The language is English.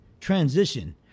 transition